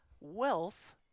wealth